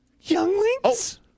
Younglings